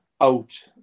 out